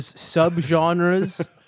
sub-genres